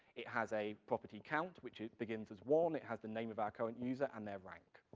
it has a property, count, which, it begins as one, it has the name of our current user and their rank.